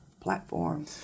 platform